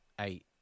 eight